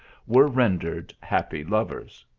were rendered happy lovers.